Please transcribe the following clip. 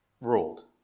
ruled